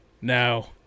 now